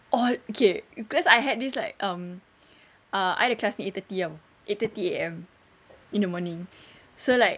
all okay cause I had this like um ah I ada kelas ni eight thirty [tau] eight thirty A_M in the morning so like